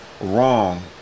wrong